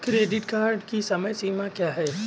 Credit card की समय सीमा क्या है?